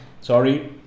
Sorry